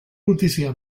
gutizia